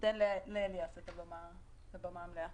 ניתן לאליאס את הבמה המלאה.